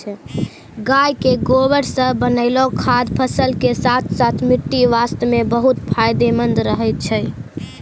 गाय के गोबर सॅ बनैलो खाद फसल के साथॅ साथॅ मिट्टी वास्तॅ भी बहुत फायदेमंद रहै छै